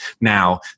Now